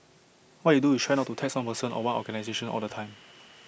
what you do is try not to tax one person or one organisation all the time